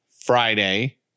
friday